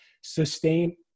sustain